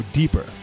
deeper